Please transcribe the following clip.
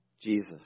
Jesus